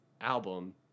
album